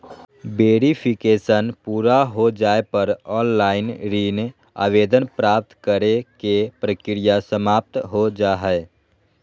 verification पूरा हो जाय पर ऑनलाइन ऋण आवेदन प्राप्त करे के प्रक्रिया समाप्त हो जा हय